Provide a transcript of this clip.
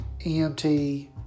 EMT